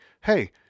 Hey